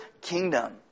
kingdom